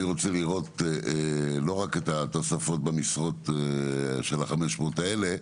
אני רוצה לראות לא רק את התוספת במשרות של ה-500 האלה,